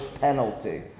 penalty